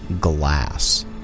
glass